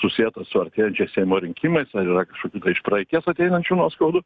susieta su artėjančiais seimo rinkimais ar yra kažkokių iš praeities ateinančių nuoskaudų